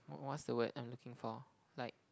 what what's the word I'm looking for like